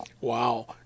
Wow